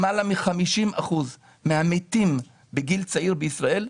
למעלה מ-50 אחוזים מהמתים בגיל צעיר בישראל,